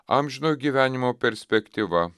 amžinojo gyvenimo perspektyva